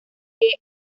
que